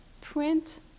print